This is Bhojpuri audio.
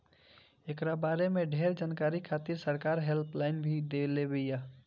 एकरा बारे में ढेर जानकारी खातिर सरकार हेल्पलाइन भी देले बिया